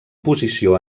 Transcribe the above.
posició